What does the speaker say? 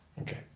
Okay